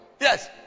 Yes